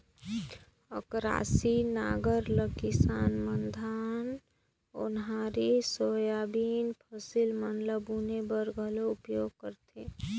अकरासी नांगर ल किसान मन धान, ओन्हारी, सोयाबीन फसिल मन ल बुने बर घलो उपियोग करथे